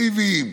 אקסקלוסיביים.